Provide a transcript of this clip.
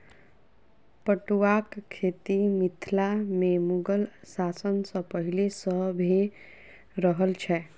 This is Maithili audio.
पटुआक खेती मिथिला मे मुगल शासन सॅ पहिले सॅ भ रहल छै